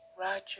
Roger